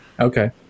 Okay